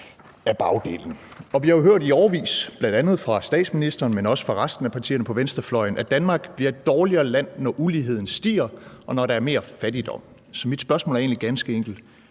af bagdelen. Vi har jo hørt i årevis, bl.a. fra statsministeren, men også fra resten af partierne på venstrefløjen, at Danmark bliver et dårligere land, når uligheden stiger, og når der er mere fattigdom. Så mit spørgsmål er egentlig ganske enkelt: